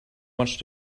much